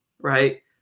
right